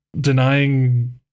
Denying